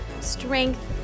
strength